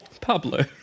Pablo